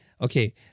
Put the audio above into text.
okay